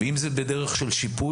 ואם זה בדרך של שיפוי,